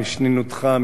משנינותך,